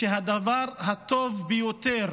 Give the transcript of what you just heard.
שהדבר הטוב ביותר